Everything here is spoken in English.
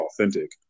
authentic